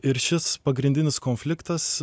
ir šis pagrindinis konfliktas